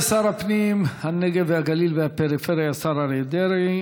יישר כוח.